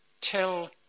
tell